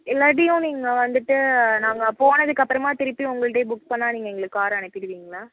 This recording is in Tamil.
இல்லாட்டியும் நீங்கள் வந்துட்டு நாங்கள் போனதுக்கப்பறமா திருப்பியும் உங்கள்கிட்டையே புக் பண்ணால் நீங்கள் எங்களுக்கு கார் அனுப்பிடுவீங்களா